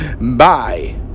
Bye